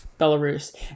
belarus